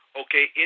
okay